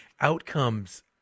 outcomes